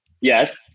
Yes